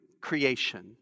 creation